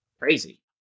crazy